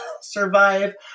survive